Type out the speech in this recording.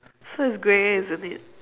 so it's grey isn't it